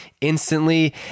instantly